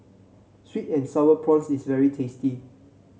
sweet and sour prawns is very tasty